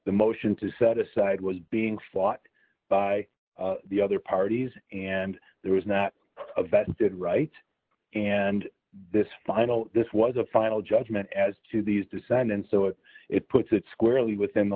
the motion to set aside was being sought by the other parties and there was not about did right and this final this was a final judgment as to these descendants so it it puts it squarely within the